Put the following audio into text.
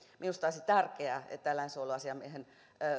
minusta olisi tärkeää että eläinsuojeluasiamiehen